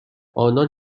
آنان